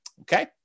Okay